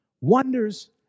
wonders